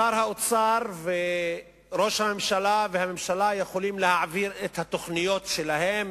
שר האוצר וראש הממשלה והממשלה יכולים להעביר את התוכניות שלהם,